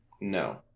No